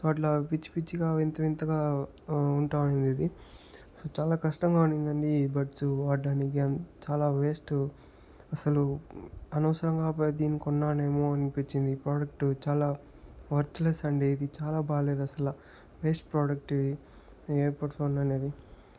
so అట్లా పిచ్చి పిచ్చిగా వింత వింతగా ఉంటా ఉండిందిది సో చాలా కష్టంగా ఉండిందండి ఈ బడ్సు వాడ్డానికి చాలా వేస్టు అసలు అనవసరంగా దీన్ని కొన్నానేమో అనిపిచ్చింది ఈ ప్రాడక్టు చాలా వర్త్లెస్ అండి ఇది చాలా బాగా లేదసలలు వేస్ట్ ప్రాడక్ట్ ఇది ఇయర్పాడ్స్ వన్ అనేది